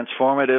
transformative